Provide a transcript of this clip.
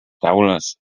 taules